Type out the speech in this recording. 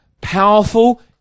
powerful